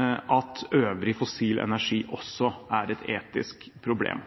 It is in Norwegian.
at øvrig fossil energi også er et etisk problem.